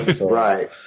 Right